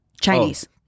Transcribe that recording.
Chinese